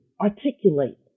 Articulate